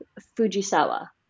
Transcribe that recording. Fujisawa